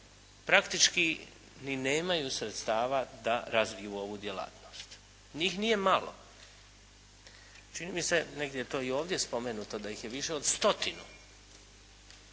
praktički ni nemaju sredstava da razviju ovu djelatnost. Njih nije malo. Čini mi se negdje je to i ovdje spomenuto da ih je više od stotinu.